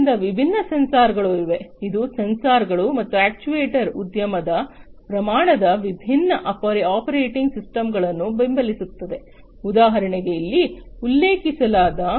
ಆದ್ದರಿಂದ ವಿಭಿನ್ನ ಸೆನ್ಸಾರ್ಗಳು ಇವೆ ಅದು ಸೆನ್ಸಾರ್ಗಳು ಮತ್ತು ಅಕ್ಚುಯೆಟರ್ ಉದ್ಯಮದ ಪ್ರಮಾಣದ ವಿಭಿನ್ನ ಆಪರೇಟಿಂಗ್ ಸಿಸ್ಟಮ್ಗಳನ್ನು ಬೆಂಬಲಿಸುತ್ತದೆ ಉದಾಹರಣೆಗೆ ಇಲ್ಲಿ ಉಲ್ಲೇಖಿಸಲಾಗಿದೆ